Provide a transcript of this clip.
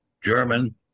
german